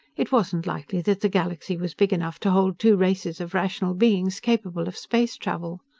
it wasn't likely that the galaxy was big enough to hold two races of rational beings capable of space travel.